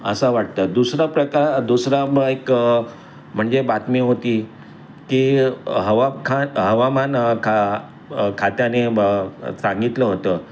असं वाटतं दुसरा प्रकार दुसरा एक म्हणजे बातमी होती की हवाखान हवामान खा खात्याने ब सांगितलं होतं